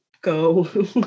go